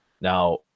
Now